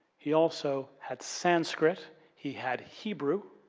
he also had sanskrit, he had hebrew.